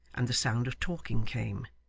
and the sound of talking came.